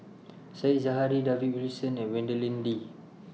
Said Zahari David Wilson and Madeleine Lee